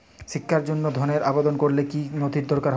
শিক্ষার জন্য ধনের আবেদন করলে কী নথি দরকার হয়?